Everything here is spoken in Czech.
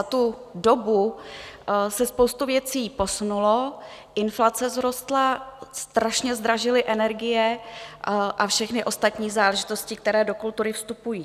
Za tu dobu se spousta věcí posunula, inflace vzrostla, strašně zdražily energie a všechny ostatní záležitosti, které do kultury vstupují.